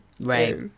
Right